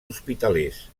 hospitalers